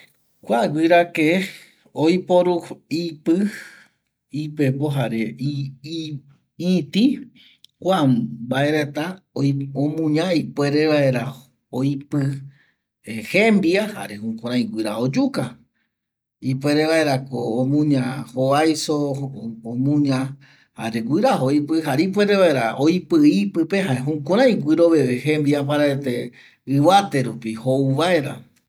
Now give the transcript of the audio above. Kua guƚrake oiporu ipƚ jare ipepo jare ïti kua mbae reta omuña ipuere vaera oipƚ jembia jare jukurai guƚra oyuka ipuere vaerako omuña jovaiso omuña jare guƚraja oipƚ jare iouere vara guiraja oipƚ ipƚpe jare jukurai guƚroveve jembia paraete ƚvate rupi jou vaera